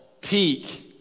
peak